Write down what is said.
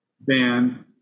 band